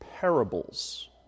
parables